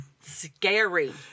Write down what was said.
Scary